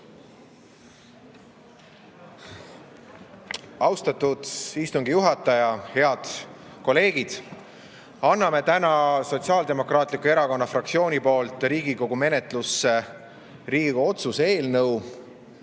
Austatud istungi juhataja! Head kolleegid! Anname täna Sotsiaaldemokraatliku Erakonna fraktsiooniga Riigikogu menetlusse Riigikogu otsuse eelnõu,